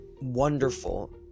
wonderful